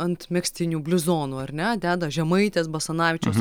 ant megztinių bliuzonų ar ne deda žemaitės basanavičiaus